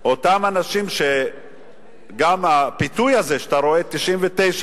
גם הפיתוי הזה, שאתה רואה 99,